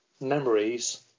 memories